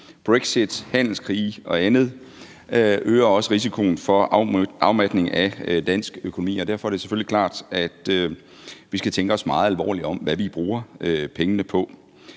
Brexit, handelskrige og andet øger også risikoen for en afmatning af dansk økonomi, og derfor er det selvfølgelig klart, at vi skal tænke os meget alvorligt om i forhold til, hvad vi bruger pengene på.